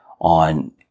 on